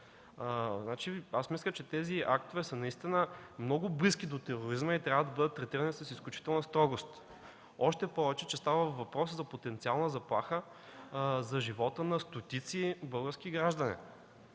Мисля, че тези актове са много близки до тероризма и трябва да бъдат третирани с изключителна строгост. Още повече, че става въпрос за потенциална заплаха за живота на стотици български граждани.